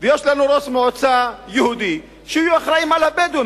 ויש לנו ראש מועצה יהודי שיהיו אחראים לבדואים.